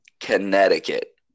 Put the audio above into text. Connecticut